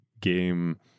game